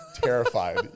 terrified